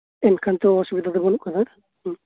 ᱮᱱᱠᱷᱟᱱ ᱛᱚ ᱚᱥᱩᱵᱤᱫᱟ ᱛᱚ ᱵᱟᱱᱩᱜ ᱟᱠᱟᱫᱟ ᱦᱮᱸ